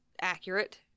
accurate